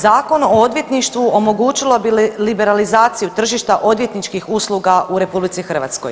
Zakon o odvjetništvu omogućilo bi liberalizaciju tržišta odvjetničkih usluga u RH.